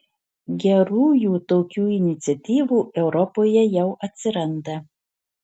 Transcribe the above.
gerųjų tokių iniciatyvų europoje jau atsiranda